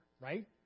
right